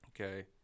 okay